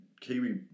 Kiwi